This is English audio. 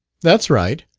that's right.